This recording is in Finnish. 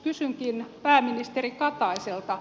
kysynkin pääministeri kataiselta